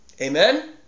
Amen